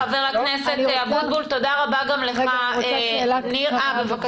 תודה רבה חבר הכנסת אבוטבול.